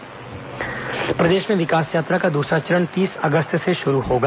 विकास यात्रा प्रदेश में विकास यात्रा का दूसरा चरण तीस अगस्त से शुरू होगा